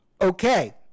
Okay